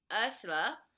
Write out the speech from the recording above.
Ursula